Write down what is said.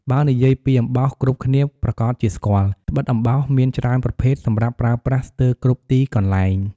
បើនិយាយពីអំបោសគ្រប់គ្នាប្រាកដជាស្គាល់ ត្បិតអំបោសមានច្រើនប្រភេទសម្រាប់ប្រើប្រាស់ស្ទើគ្រប់ទីកន្លែង ។